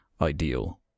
ideal